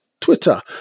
Twitter